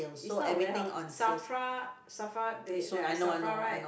it's not warehouse SAFRA SAFRA they are at SAFRA right